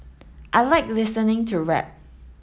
I like listening to rap